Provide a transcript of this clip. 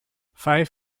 five